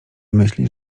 myśli